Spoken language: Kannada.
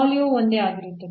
ಮೌಲ್ಯವು ಒಂದೇ ಆಗಿರುತ್ತದೆ